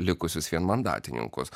likusius vienmandatininkus